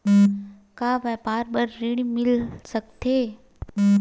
का व्यापार बर ऋण मिल सकथे?